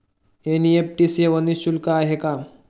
NEFT सेवा निःशुल्क आहे का?